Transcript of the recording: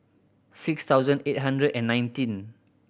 six thousand eight hundred and nineteen